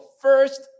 first